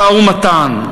משא-ומתן,